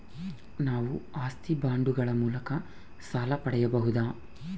ನಾವು ಆಸ್ತಿ ಬಾಂಡುಗಳ ಮೂಲಕ ಸಾಲ ಪಡೆಯಬಹುದಾ?